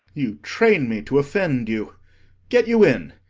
you train me to offend you get you in.